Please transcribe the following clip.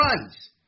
runs